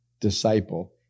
disciple